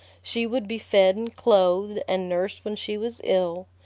she would be fed and clothed, and nursed when she was ill.